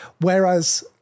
Whereas